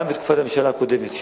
גם בתקופת הממשלה הקודמת,